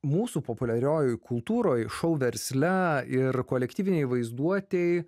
mūsų populiarioj kultūroj šou versle ir kolektyvinėj vaizduotėj